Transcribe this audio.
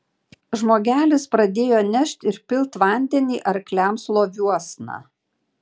žmogelis pradėjo nešt ir pilt vandenį arkliams loviuosna